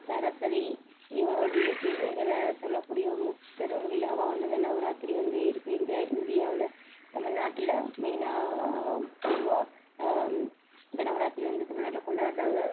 சரஸ்வதி இவங்களுடைய பெருமைகளை சொல்லக்கூடிய ஒரு முப்பெரும் விழாவாக வந்து இந்த நவராத்திரி வந்து இருக்குது இந்தியா இந்தியாவில் தமிழ்நாட்டில் மெய்னாக பொதுவாக இந்த நவராத்திரி வந்து தமிழ்நாட்டில் கொண்டாடுறாங்க